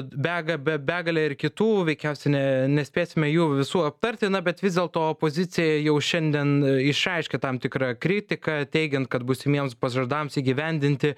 bega be begalė ir kitų veikiausiai ne nespėsime jų visų aptarti na bet vis dėlto opozicija jau šiandien išreiškė tam tikrą kritiką teigiant kad būsimiems pažadams įgyvendinti